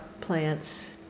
plants